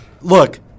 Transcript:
Look